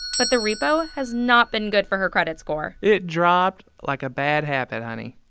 but the repo has not been good for her credit score it dropped like a bad habit, honey